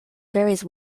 varies